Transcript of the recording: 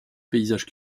paysage